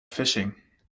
fishing